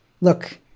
look